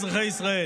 אזרחי ישראל.